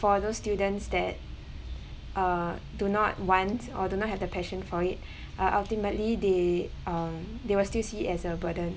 for those students that uh do not want or do not have the passion for it are ultimately they um they will still see as a burden